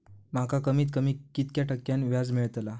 माका कमीत कमी कितक्या टक्क्यान व्याज मेलतला?